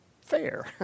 fair